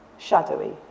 shadowy